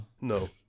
No